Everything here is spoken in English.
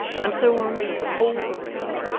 and so on through the whole array,